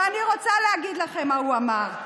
ואני רוצה להגיד לכם מה הוא אמר.